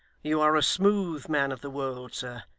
you are a smooth man of the world, sir,